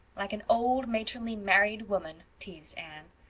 like an old, matronly, married woman, teased anne.